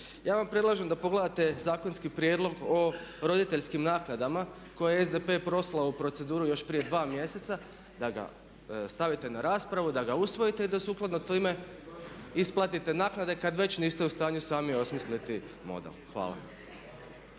ja vam predlažem da pogledate zakonski prijedlog o roditeljskim naknadama koje je SDP poslao u proceduru još prije 2 mjeseca, da ga stavite na raspravu, da ga usvojite i da sukladno tome isplatite naknade kada već niste u stanju sami osmisliti model. Hvala.